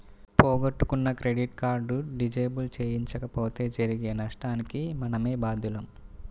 పోగొట్టుకున్న credit card disable చేయించకపోతే జరిగే నష్టానికి మనమే బాధ్యులం